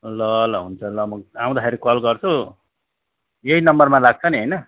ल ल हुन्छ ल म आउँदाखेरि कल गर्छु यही नम्बरमा लाग्छ नि होइन